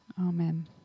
Amen